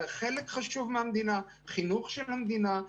אנחנו חלק חשוב מהחינוך של המדינה,